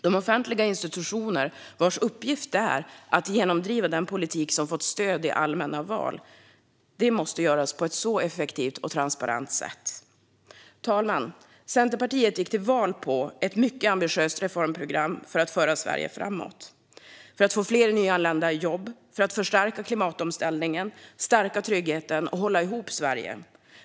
De offentliga institutioner vars uppgift är att genomdriva den politik som fått stöd i allmänna val måste göra detta på ett effektivt och transparent sätt. Fru talman! Centerpartiet gick till val på ett mycket ambitiöst reformprogram för att föra Sverige framåt - för att få fler nyanlända i jobb, förstärka klimatomställningen, stärka tryggheten och hålla ihop Sverige.